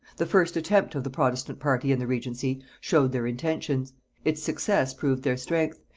the first attempt of the protestant party in the regency showed their intentions its success proved their strength,